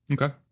Okay